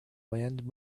land